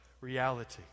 reality